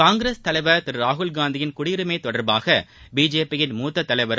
காங்கிரஸ் தலைவர் திரு ராகுல்காந்தியின் குடியுரிமை தொடர்பாக பிஜேபியின் மூத்த தலைவரும்